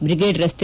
brigade ರಕ್ತೆ